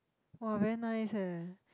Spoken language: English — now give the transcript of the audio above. !wah! very nice eh